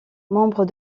membre